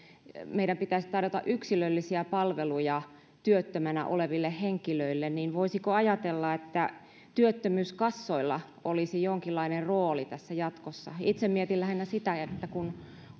meidän pitäisi tarjota yksilöllisiä palveluja työttömänä oleville henkilöille niin voisiko ajatella että työttömyyskassoilla olisi jonkinlainen rooli tässä jatkossa itse mietin lähinnä sitä että kun